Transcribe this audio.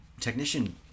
technician